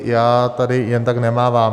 Já tady jen tak nemávám.